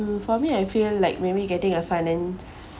for me I feel like maybe getting a finance